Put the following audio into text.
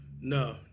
No